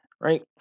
right